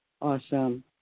Awesome